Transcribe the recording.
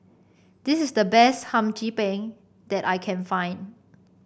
this is the best Hum Chim Peng that I can find